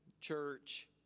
church